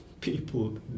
people